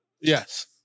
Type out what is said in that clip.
Yes